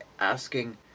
asking